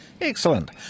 Excellent